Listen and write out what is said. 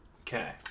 Okay